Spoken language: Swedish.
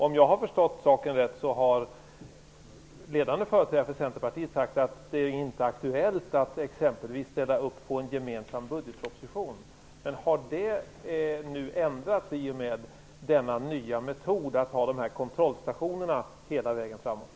Om jag har förstått saken rätt, har ledande företrädare för Centerpartiet sagt att det inte är aktuellt att exempelvis ställa upp på en gemensam budgetproposition. Har detta nu ändrats i och med att man har denna nya metod med kontrollstationer hela vägen framöver?